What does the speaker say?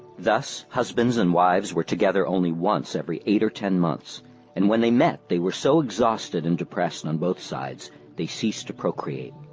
thus, husbands and wives were together only once every eight or ten months and when they met they were so exhausted and depressed on and and both sides they ceased to procreate.